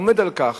עומדים על כך